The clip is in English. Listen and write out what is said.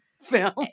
film